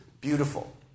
Beautiful